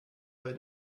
bei